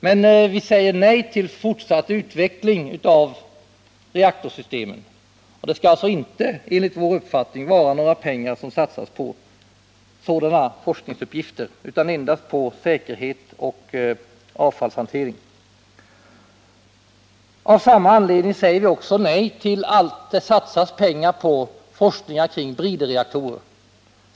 Men vi säger nej till fortsatt utveckling av reaktorsystemen, och det skall alltså inte enligt vår uppfattning satsas några pengar på sådana forskningsuppgifter utan endast på säkerhet och avfallshantering. Av samma anledning säger vi nej till att det satsas pengar på forskning kring briderreaktorer.